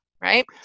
right